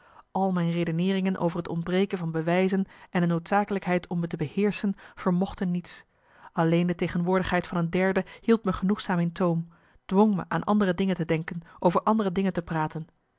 al mijn redeneeringen over het ontbreken van bewijzen en de noodzakelijkheid om me te beheerschen vermochten niets alleen de tegenwoordigheid van een derde hield me genoegzaam in toom dwong me aan andere dingen te denken over andere dingen te praten